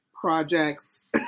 projects